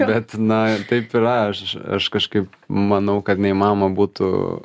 bet na taip yra aš aš kažkaip manau kad neįmanoma būtų